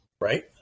right